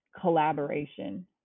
collaboration